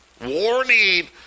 warning